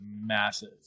massive